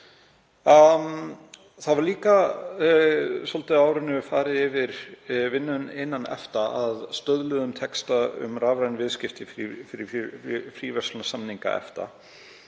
var líka farið yfir vinnu innan EFTA að stöðluðum texta um rafræn viðskipti fyrir fríverslunarsamninga EFTA.